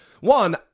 one